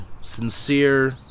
sincere